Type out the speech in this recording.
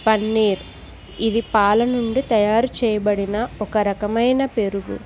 పన్నీర్ ఇది పాల నుండి తయారు చేయబడిన ఒక రకమైన పెరుగు